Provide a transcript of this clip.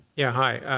yeah, hi.